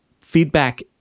feedback